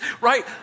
Right